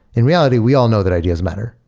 in reality, we all know that ideas matter.